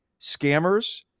scammers